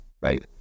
right